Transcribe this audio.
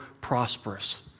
prosperous